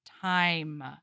time